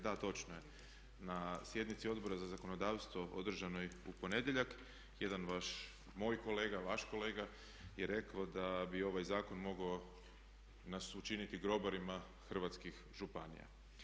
Da, točno je na sjednici Odbora za zakonodavstvo održanoj u ponedjeljak, jedan vaš, moj kolega, vaš kolega je rekao da bi ovaj zakon mogao nas učiniti grobarima hrvatskih županija.